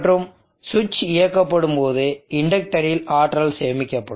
மற்றும் சுவிட்ச் இயக்கப்படும்போது இண்டக்டரில் ஆற்றல் சேமிக்கப்படும்